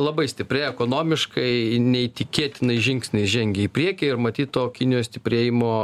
labai stipri ekonomiškai neįtikėtinais žingsniais žengia į priekį ir matyt to kinijos stiprėjimo